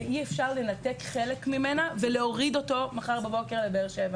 ואי-אפשר לנתק חלק ממנה ולהוריד אותו מחר בבוקר לבאר שבע